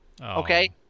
Okay